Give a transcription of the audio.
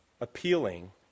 appealing